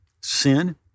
sin